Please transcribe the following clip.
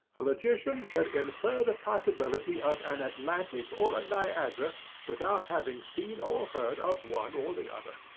a logician could infer the possibility of an atlantic or a niagara without having seen or heard of one or the other.